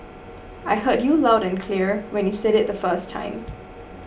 I heard you loud and clear when you said it the first time